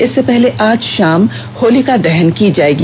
इससे पहले आज शाम होलिका दहन की जाएगी